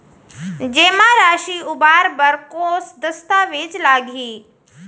जेमा राशि उबार बर कोस दस्तावेज़ लागही?